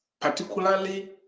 particularly